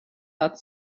hat